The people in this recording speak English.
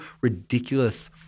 ridiculous